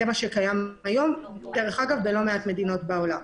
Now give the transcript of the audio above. זה מה שקיים היום בלא מעט מדינות בעולם.